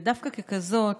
ודווקא ככזאת,